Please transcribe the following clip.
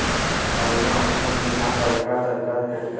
अभियो हमनी सन के किसान पाहिलके तरीका से खेती करेला लोग